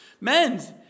Men's